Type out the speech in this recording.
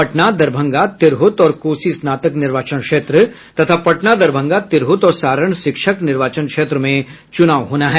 पटना दरभंगा तिरहुत और कोसी स्नातक निर्वाचन क्षेत्र तथा पटना दरभंगा तिरहुत और सारण शिक्षक निर्वाचन क्षेत्र में चुनाव होना है